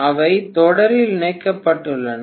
அவை தொடரில் இணைக்கப்பட்டுள்ளன